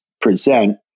present